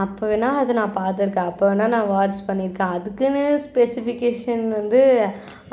அப்போ வேணா அதை நான் பார்த்துருக்கேன் அப்போ வேணா நான் வாட்ச் பண்ணியிருக்கேன் அதுக்குன்னு ஸ்பெசிஃபிகேஷன் வந்து